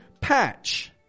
Patch